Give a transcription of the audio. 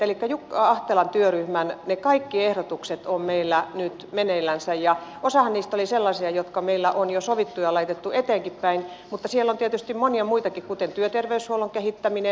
elikkä ne kaikki jukka ahtelan työryhmän ehdotukset ovat meillä nyt meneillänsä ja osahan niistä oli sellaisia jotka meillä on jo sovittu ja laitettu eteenkinpäin mutta siellä on tietysti monia muitakin kuten työterveyshuollon kehittäminen